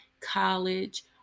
college